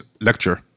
lecture